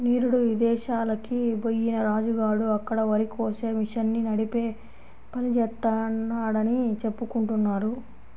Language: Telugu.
నిరుడు ఇదేశాలకి బొయ్యిన రాజు గాడు అక్కడ వరికోసే మిషన్ని నడిపే పని జేత్తన్నాడని చెప్పుకుంటున్నారు